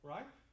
Right